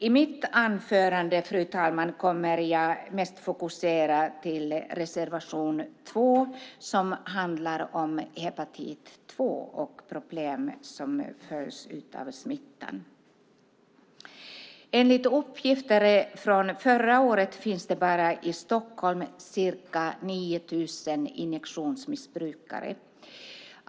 I mitt anförande, fru talman, kommer jag mest att fokusera på reservation 2, som handlar om hepatit C och problem som följer av smittan. Enligt uppgifter från förra året finns det bara i Stockholm ca 9 000 injektionsmissbrukare.